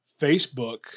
Facebook